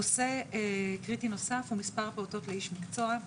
נושא קריטי נוסף הוא מספר הפעוטות לאיש מקצוע,